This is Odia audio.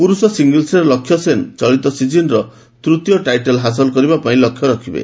ପୁରୁଷ ସିଙ୍ଗଲ୍ୱରେ ଲକ୍ଷ୍ୟ ସେନ ଚଳିତ ସିଜିନ୍ର ତୂତୀୟ ଟାଇଟଲ ହାସଲ ପାଇଁ ଲକ୍ଷ୍ୟ ରଖିବେ